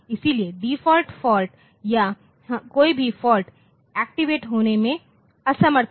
इसलिए default fault या कोई भी फॉल्ट एक्टिवेट होने में असमर्थ है